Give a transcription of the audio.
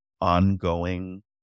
ongoing